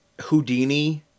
Houdini